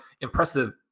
impressive